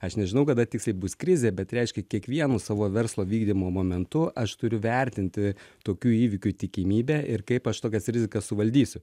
aš nežinau kada tiksliai bus krizė bet reiškia kiekvienu savo verslo vykdymo momentu aš turiu vertinti tokių įvykių tikimybę ir kaip aš tokias rizikas suvaldysiu